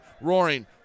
roaring